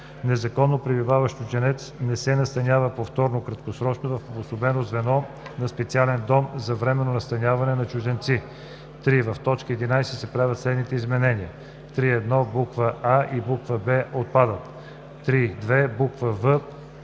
Незаконно пребиваващ чужденец не се настанява повторно краткосрочно в обособено звено на специален дом за временно настаняване на чужденци.“ 3. В т. 11 се правят следните изменения: „3.1. Буква „а“ и буква „б“ – отпадат. 3.2. Буква „в“